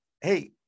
Hey